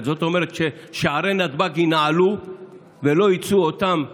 זאת אומרת ששערי נתב"ג יינעלו ולא יצאו אותם חוזרים,